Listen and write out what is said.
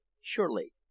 Surely